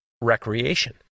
recreation